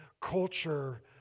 culture